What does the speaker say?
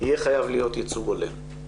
יהיה חייב להיות ייצוג הולם,